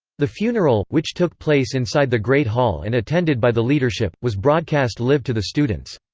the funeral, which took place inside the great hall and attended by the leadership, was broadcast live to the students.